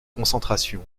concentration